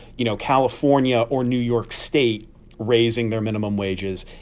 you know, california or new york state raising their minimum wages.